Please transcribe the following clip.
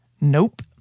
nope